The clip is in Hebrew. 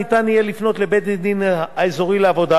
ניתן יהיה לפנות לבית-הדין האזורי לעבודה